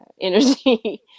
energy